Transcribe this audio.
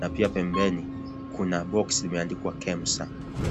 Na pia pembeni kuna boxi imeandikwa KEMSA.